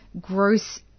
gross